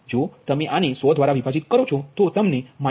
જો તમે આને 100 દ્વારા વિભાજીત કરો તો તે 0